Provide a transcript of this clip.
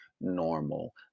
normal